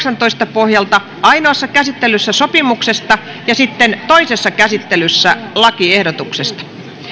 pohjalta ainoassa käsittelyssä sopimuksesta ja sitten toisessa käsittelyssä lakiehdotuksesta